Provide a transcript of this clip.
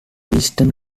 beeston